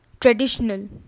traditional